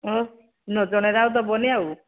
ହଁ ନ ଜଣେଇଲେ ଆଉ ଦେବନି ଆଉ